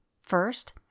First